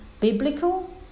biblical